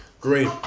Great